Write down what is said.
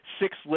six